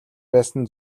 байсан